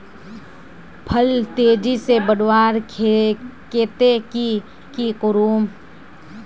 फल तेजी से बढ़वार केते की की करूम?